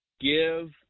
Give